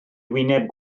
wyneb